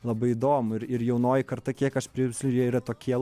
labai įdomu ir ir jaunoji karta kiek aš pri jie yra tokie